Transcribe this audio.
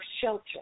shelter